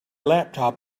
laptop